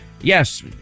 Yes